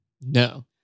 no